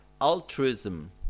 altruism